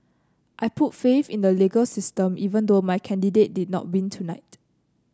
I put faith in the legal system even though my candidate did not win tonight